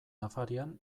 afarian